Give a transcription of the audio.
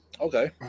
Okay